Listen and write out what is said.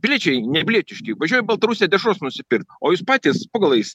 piliečiai nepilietiški važiuoja į baltarusiją dešros nusipirkt o jūs patys po galais